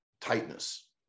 tightness